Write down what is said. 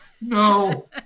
no